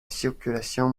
circulation